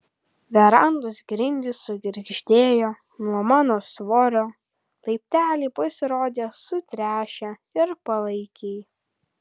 verandos grindys sugirgždėjo nuo mano svorio laipteliai pasirodė sutręšę ir palaikiai